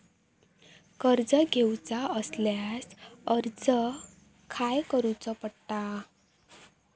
कर्ज घेऊचा असल्यास अर्ज खाय करूचो पडता?